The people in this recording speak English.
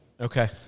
Okay